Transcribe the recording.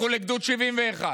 לכו לגדוד 71,